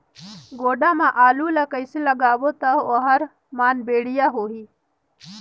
गोडा मा आलू ला कइसे लगाबो ता ओहार मान बेडिया होही?